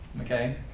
okay